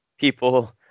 People